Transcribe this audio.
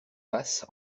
face